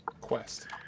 quest